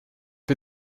für